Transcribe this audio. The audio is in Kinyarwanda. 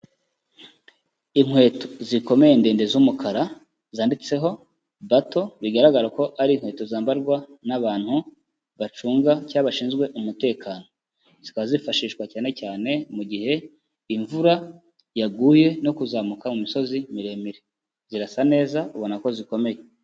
Inkweto zikomeye ndende z'umukara, zanditseho bato, bigaragara ko ari inkweto zambarwa n'abantu bacunga cyangwa bashinzwe umutekano. Zikaba zifashishwa cyane cyane mu gihe imvura yaguye, no kuzamuka imisozi miremire, zirasa neza ubona ko zikomeye.